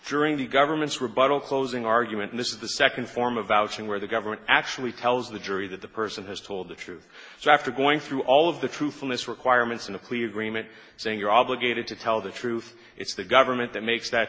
during the government's rebuttal closing argument in this is the second form of vouching where the government actually tells the jury that the person has told the truth so after going through all of the true this requirements in a clear agreement saying you're obligated to tell the truth it's the government that makes that